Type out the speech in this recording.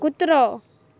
कुत्रो